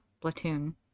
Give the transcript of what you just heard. platoon